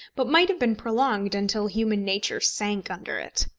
but might have been prolonged until human nature sank under it.